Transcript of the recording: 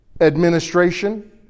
administration